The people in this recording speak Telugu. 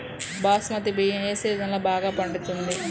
బాస్మతి బియ్యం ఏ సీజన్లో బాగా పండుతుంది?